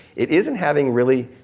it isn't having really,